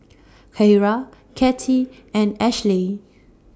Keira Cathey and Ashleigh